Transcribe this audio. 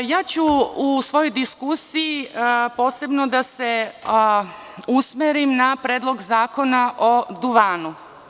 U svojoj diskusiji ću posebno da se usmerim na Predlog zakona o duvanu.